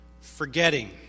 forgetting